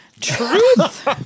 Truth